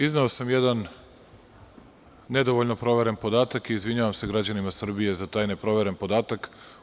Izneo sam jedan nedovoljno proveren podatak i izvinjavam se građanima Srbije za taj neproveren podatak.